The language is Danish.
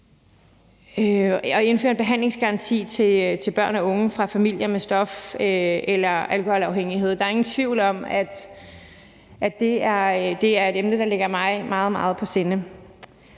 at indføre en behandlingsgaranti til børn og unge fra familier med stof- eller alkoholafhængighed. Der er ingen tvivl om, at det er et emne, der ligger mig meget, meget på sinde.